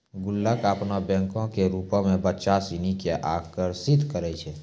गुल्लक अपनो बैंको के रुपो मे बच्चा सिनी के आकर्षित करै छै